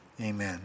amen